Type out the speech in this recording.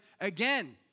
again